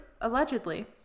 allegedly